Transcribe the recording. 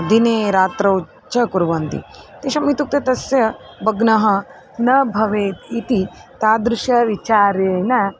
दिने रात्रौ च कुर्वन्ति तेषाम् इत्युक्ते तस्य भग्नं न भवेत् इति तादृशं विचारेण